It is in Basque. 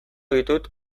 ditut